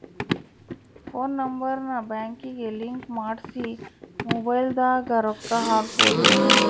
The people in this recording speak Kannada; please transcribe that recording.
ಫೋನ್ ನಂಬರ್ ನ ಬ್ಯಾಂಕಿಗೆ ಲಿಂಕ್ ಮಾಡ್ಸಿ ಮೊಬೈಲದಾಗ ರೊಕ್ಕ ಹಕ್ಬೊದು